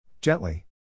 Gently